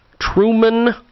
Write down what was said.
Truman